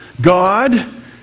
God